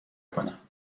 کنم